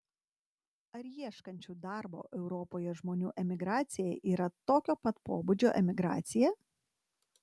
ar ieškančių darbo europoje žmonių emigracija yra tokio pat pobūdžio emigracija